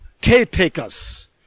caretakers